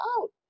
out